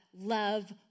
love